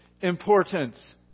importance